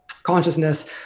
Consciousness